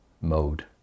mode